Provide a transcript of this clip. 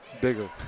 bigger